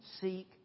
seek